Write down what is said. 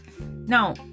now